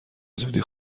زودی